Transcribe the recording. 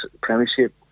premiership